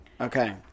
Okay